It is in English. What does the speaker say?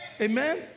Amen